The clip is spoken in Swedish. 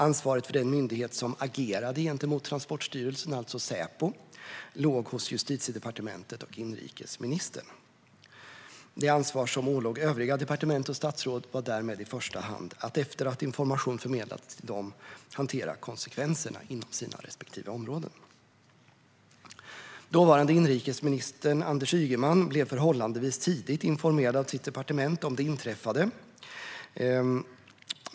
Ansvaret för den myndighet som agerade gentemot Transportstyrelsen, alltså Säpo, låg hos Justitiedepartementet och inrikesministern. Det ansvar som ålåg övriga departement och statsråd var därmed i första hand att efter att information förmedlats till dem hantera konsekvenserna inom sina respektive områden. Dåvarande inrikesminister Anders Ygeman blev förhållandevis tidigt informerad av sitt departement om det inträffade.